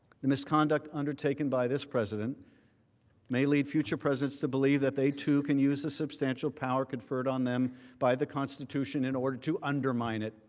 misconduct undertaken by this president may lead feature presidents to believe that they too can use the substantial power conferred on them by the constitution in order to undermine it.